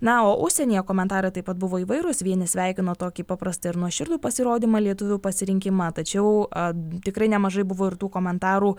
na o užsienyje komentarai taip pat buvo įvairūs vieni sveikino tokį paprastą ir nuoširdų pasirodymą lietuvių pasirinkimą tačiau ar tikrai nemažai buvo ir tų komentarų